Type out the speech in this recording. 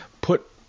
put